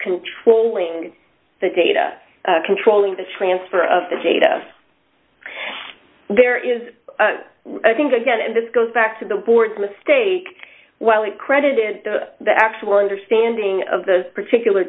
controlling the data controlling the transfer of the data there is i think again and this goes back to the board's mistake while it credited the actual understanding of those particular